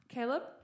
Caleb